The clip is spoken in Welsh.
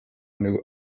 nhw